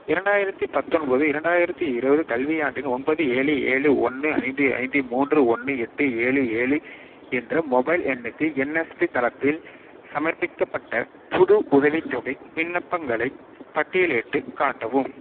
இரண்டாயிரத்து பத்தொன்பது இரண்டாயிரத்து இருபது கல்வியாண்டில் ஒன்பது ஏழு ஏழு ஒன்று ஐந்து ஐந்து மூன்று ஒன்று எட்டு ஏழு ஏழு என்ற மொபைல் எண்ணுக்கு என்எஸ்பி தளத்தில் சமர்ப்பிக்கப்பட்ட புது உதவித்தொகை விண்ணப்பங்களை பட்டியலிட்டுக் காட்டவும்